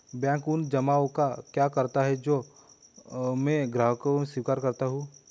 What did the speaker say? Bank उन जमाव का क्या करता है जो मैं ग्राहकों से स्वीकार करता हूँ?